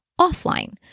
offline